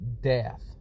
death